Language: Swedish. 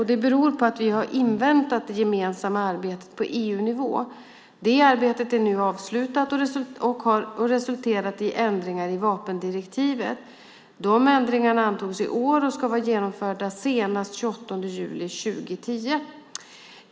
Det beror på att vi har inväntat det gemensamma arbetet på EU-nivå. Det arbetet har nu avslutats och resulterat i ändringar i vapendirektivet. Ändringarna antogs i år och ska vara genomförda senast den 28 juli 2010.